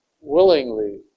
willingly